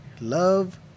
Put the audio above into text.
Love